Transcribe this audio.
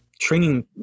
training